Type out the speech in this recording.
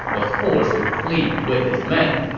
was forced to flee with his men